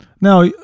now